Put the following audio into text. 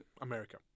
America